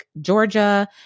Georgia